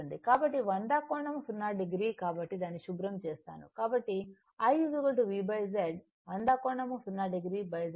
కాబట్టి 100 కోణం 0 o కాబట్టి దాన్ని శుభ్రం చేస్తాను కాబట్టి I V Z 100 కోణం 0 o Z1 Z2 Z 3